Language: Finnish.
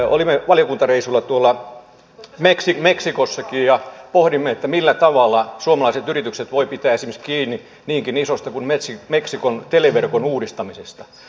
olimme valiokuntareissulla tuolla meksikossakin ja pohdimme millä tavalla suomalaiset yritykset voivat pitää kiinni esimerkiksi niinkin isosta työstä kuin meksikon televerkon uudistamisesta